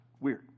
weird